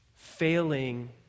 failing